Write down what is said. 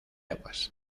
aguas